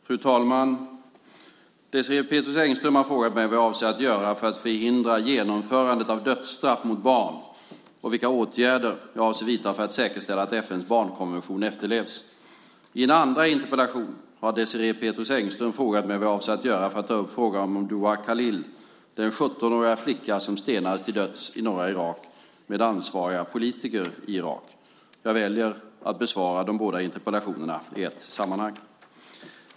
Fru talman! Désirée Pethrus Engström har frågat mig vad jag avser att göra för att förhindra genomförandet av dödsstraff mot barn och vilka åtgärder jag avser att vidta för att säkerställa att FN:s barnkonvention efterlevs. I en andra interpellation har Désirée Pethrus Engström frågat mig vad jag avser att göra för att ta upp frågan om Dua Khalil, den 17-åriga flicka som stenades till döds i norra Irak, med ansvariga politiker i Irak. Jag väljer att besvara de båda interpellationerna i ett sammanhang.